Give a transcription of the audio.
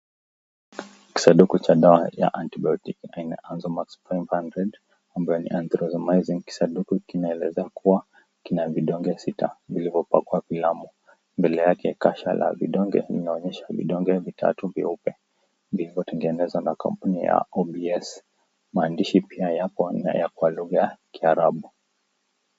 Kisanduku cha dawa ya antibiotic aina ya Azomax 500 ambayo ni Azithromycin kisanduku kinaelezea kuwa kina vidonge sita vilivyopakwa filamu. Mbele yake, kasha la vidonge linaonyesha vidonge vitatu vyeupe vilivyotengenezwa na kampuni ya OBS Maandishi pia yapo ya kwa lugha ya Kiarabu.